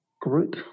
group